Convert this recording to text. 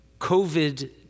COVID